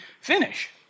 finish